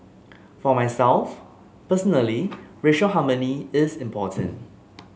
for myself personally racial harmony is important